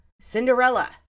Cinderella